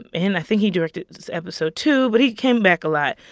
and i think he directed episode two. but he came back a lot,